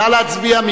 נא להצביע.